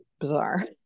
bizarre